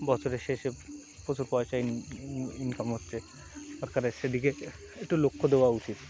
বছরের শেষে প্রচুর পয়সান ইনকাম হচ্ছে সরকারের সেদিকে একটু লক্ষ্য দেওয়া উচিত